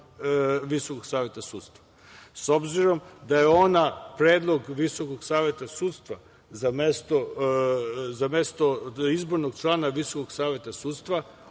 Visokog saveta sudstva. S obzirom da je ona predlog Visokog saveta sudstva za izbornog člana Visokog saveta sudstva